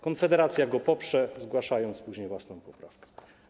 Konfederacja go poprze, zgłaszając później własną poprawkę.